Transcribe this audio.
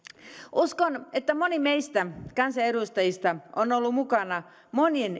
uskon että moni meistä kansanedustajista on ollut mukana monien